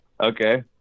Okay